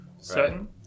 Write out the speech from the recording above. certain